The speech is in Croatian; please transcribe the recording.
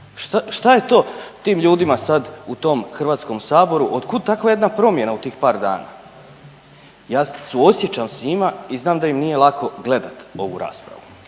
što je to tim ljudima sada u tom Hrvatskom saboru, od kud takva jedna promjena u tih par dana? Ja suosjećam s njima i znam da im nije lako gledati ovu raspravu.